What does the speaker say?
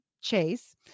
chase